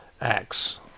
acts